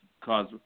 cause